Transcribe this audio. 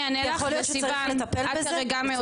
יכול להיות שצריך לטפל בזה.